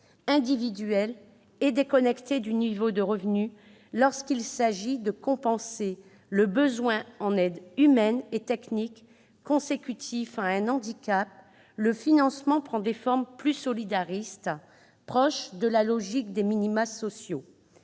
Individuel et déconnecté du niveau de revenu lorsqu'il s'agit de compenser le besoin en aides humaines et techniques consécutif à un handicap, le financement prend des formes plus solidaristes, proches de la logique des minima sociaux,